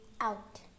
out